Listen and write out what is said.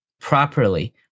properly